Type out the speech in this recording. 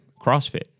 CrossFit